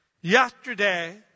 Yesterday